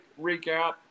recap